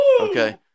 Okay